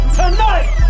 tonight